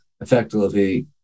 effectively